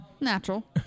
Natural